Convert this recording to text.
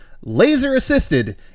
Laser-assisted